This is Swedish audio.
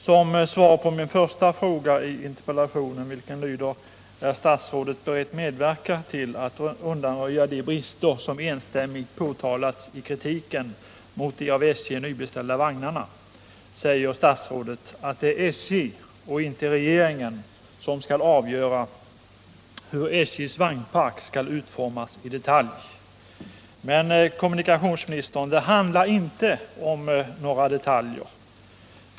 Som svar på min första fråga i interpellationen, om statsrådet är beredd medverka till att undanröja de brister som enstämmigt påtalats i kritiken mot de av SJ nybeställda vagnarna, säger statsrådet att ”det är SJ och inte regeringen som skall avgöra hur SJ:s vagnpark skall utformas i detalj”. Men, herr kommunikationsminister, det handlar inte om några detaljer.